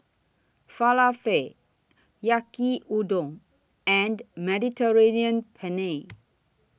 Falafel Yaki Udon and Mediterranean Penne